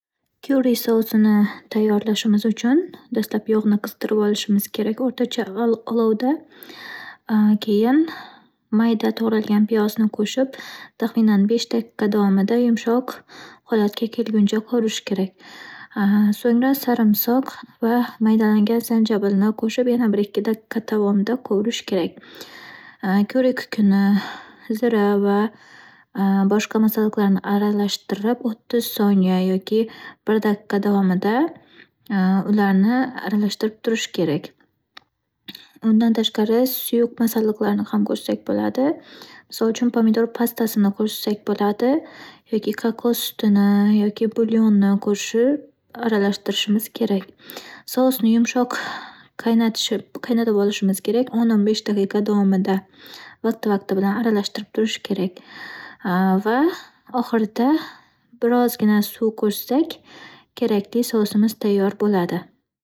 Derazalarni qanday tozalashga keladigan bo'lsak, dastlab derazalarni yumshoq-a- yumshoq mato bilan birozgina suvlab artib chiqishimiz kerak bo'ladi. Uni ketidan esa yumshoq gazetani-undan keyin esa yumshoq gazetani olib, yaxshilab g'ijimlab yumshoqqina bo'lganidan keyin, oynani o'sha suv bilan artagnimizdan keyin ketini gazeta bilan ham yaxshilab artishimiz kerak bo'ladi. Qarabsizki ,oynalar top-toza.